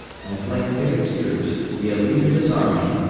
and fling pickett's troops, the elite of his army,